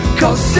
cause